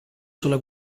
sulla